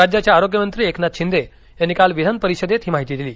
राज्याचे आरोग्यमंत्री एकनाथ शिंदे यांनी काल विधान परिषदेत ही माहिती दिली